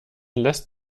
lässt